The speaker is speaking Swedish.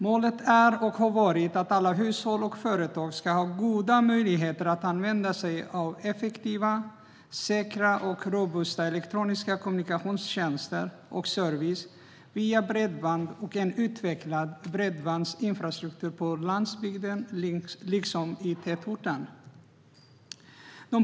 Målet är och har varit att alla hushåll och företag ska ha goda möjligheter att använda sig av effektiva, säkra och robusta elektroniska kommunikationstjänster och service via bredband och en utvecklad bredbandsinfrastruktur på landsbygden, liksom i tätort.